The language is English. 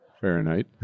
Fahrenheit